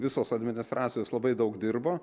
visos administracijos labai daug dirbo